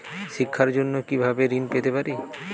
শিক্ষার জন্য কি ভাবে ঋণ পেতে পারি?